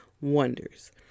Wonders